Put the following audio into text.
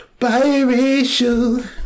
biracial